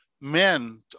men